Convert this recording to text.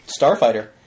Starfighter